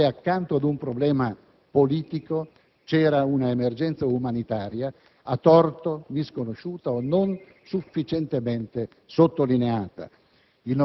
fu che, accanto ad un problema politico, vi era un'emergenza umanitaria, a torto misconosciuta o non sufficientemente sottolineata.